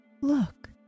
look